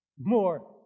more